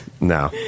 No